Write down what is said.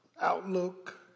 outlook